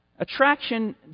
Attraction